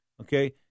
okay